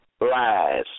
lies